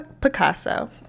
Picasso